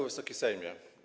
Wysoki Sejmie!